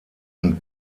und